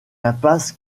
impasse